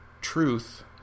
truth